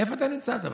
איפה אתה נמצא בכלל?